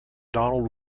donald